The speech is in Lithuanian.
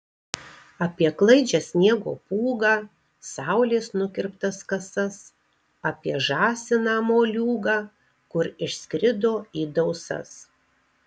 apie klaidžią sniego pūgą saulės nukirptas kasas apie žąsiną moliūgą kur išskrido į dausas